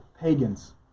pagans